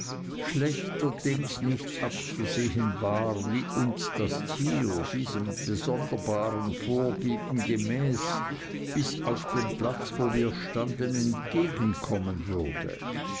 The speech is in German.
schlechterdings nicht abzusehen war wie uns das tier diesem sonderbaren vorgeben gemäß bis auf dem platz wo wir standen entgegenkommen würde